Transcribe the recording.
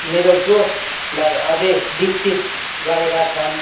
मेरो जोसलाई अझै विकसित गरेका छन्